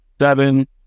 seven